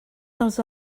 dels